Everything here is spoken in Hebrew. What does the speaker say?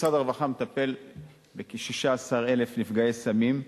משרד הרווחה מטפל בכ-16,000 נפגעי סמים,